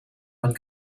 man